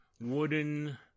wooden